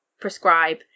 prescribe